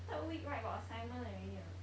third week right got assignment already or not